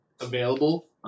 available